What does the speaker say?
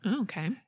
okay